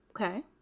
Okay